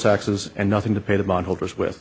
taxes and nothing to pay the bondholders with